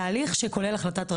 תהליך שכולל החלטת רשם,